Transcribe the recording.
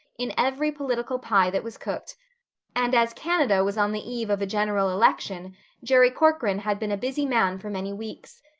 in every political pie that was cooked and as canada was on the eve of a general election jerry corcoran had been a busy man for many weeks,